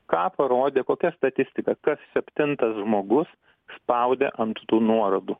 ką parodė kokia statistika kas septintas žmogus spaudė ant tų nuorodų